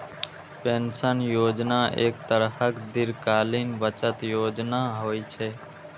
pension योजना एक तरहक दीर्घकालीन बचत योजना होइ छै